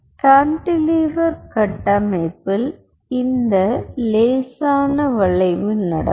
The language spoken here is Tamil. கான்டிலீவர் கட்டமைப்பில் இந்த லேசான வளைவு நடக்கும்